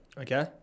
Okay